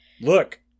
Look